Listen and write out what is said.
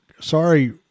sorry